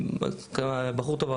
"בחור טוב",